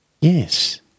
Yes